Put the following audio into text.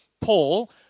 Paul